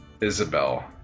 Isabel